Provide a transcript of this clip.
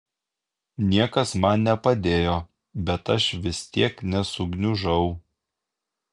niekas man nepadėjo bet aš vis tiek nesugniužau